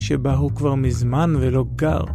שבה הוא כבר מזמן ולא גר